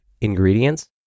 ingredients